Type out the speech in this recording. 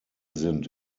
sind